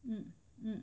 mm mm